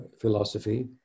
philosophy